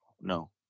no